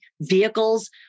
vehicles